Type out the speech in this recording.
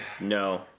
No